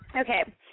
Okay